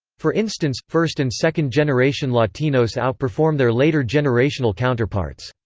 for instance, first and second generation latinos outperform their later generational counterparts.